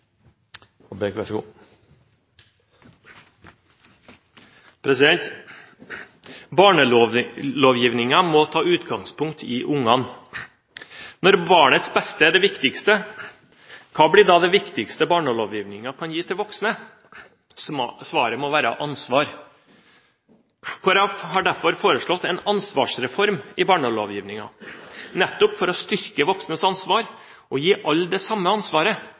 det viktigste, hva blir da det viktigste barnelovgivningen kan gi til voksne? Svaret må være ansvar. Kristelig Folkeparti har derfor foreslått en ansvarsreform i barnelovgivningen, nettopp for å styrke voksnes ansvar og gi alle det samme ansvaret